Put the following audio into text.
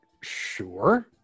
sure